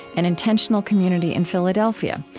an intentional community in philadelphia.